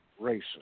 racist